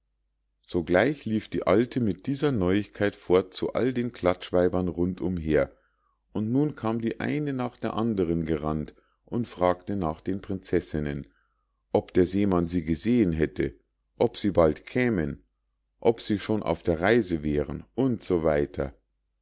sogleich lief die alte mit dieser neuigkeit fort zu all den klatschweibern rund umher und nun kam die eine nach der andern gerannt und fragte nach den prinzessinnen ob der seemann sie gesehen hätte ob sie bald kämen ob sie schon auf der reise wären u s